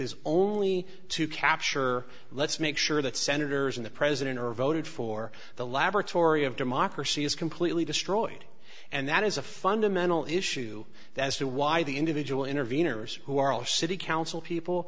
is only to capture let's make sure that senators and the president are voted for the laboratory of democracy is completely destroyed and that is a fundamental issue as to why the individual interveners who are all city council people